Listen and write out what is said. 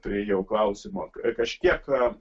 priėjau klausimo kažkiek